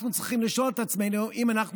אנחנו צריכים לשאול את עצמנו אם אנחנו